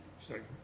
Second